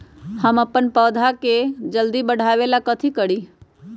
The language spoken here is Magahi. हम अपन पौधा के जल्दी बाढ़आवेला कथि करिए?